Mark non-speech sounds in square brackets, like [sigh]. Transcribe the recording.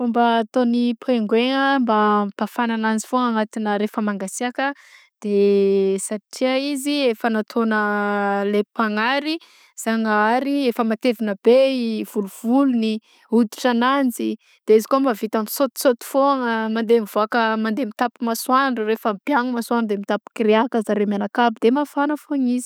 Fomba ataogn'ny pingouin a mba hampafana ananzy foagna agnatina rehefa mangasiàka de [hesitation] satria izy efa nataogna le mpagnary- zagnahary efa matevina be i volovolony; hoditra ananjy de izy kô mavita misôtisôty foagna mandeha mivaoka mandeha mitapy masoandro rehefa mibiagna masoandro de mitapy kiriaka zareo miakavy de mafagna foagna izy.